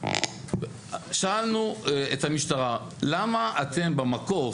שאלנו את המשטרה למה אתם במקור,